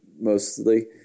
mostly